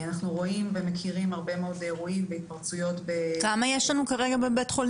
אנחנו מכירים הרבה מאוד אירועים והתפרצויות -- כמה יש לנו כרגע בבתי